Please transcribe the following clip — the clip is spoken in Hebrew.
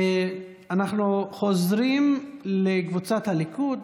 אנחנו חוזרים לקבוצת הליכוד.